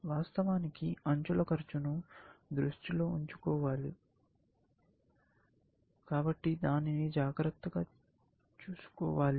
వాస్తవానికి అంచుల ఖర్చును దృష్టిలో ఉంచుకోవాలి కాబట్టి దానిని జాగ్రత్తగా చూసుకోవాలి